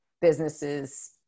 businesses